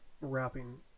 wrapping